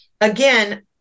again